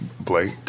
Blake